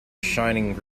shining